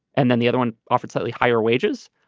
and then the other one offered slightly higher wages.